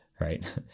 Right